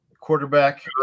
quarterback